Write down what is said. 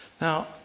Now